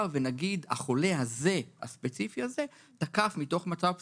ונגיד: החולה הספציפי הזה תקף מתוך מצב פסיכוטי,